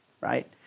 right